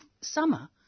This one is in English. summer